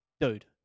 dude